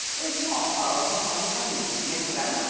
where's jamal? oh, he's on his honeymoon. makes sense,